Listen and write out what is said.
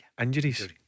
injuries